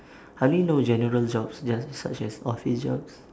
I only know general jobs just such as office jobs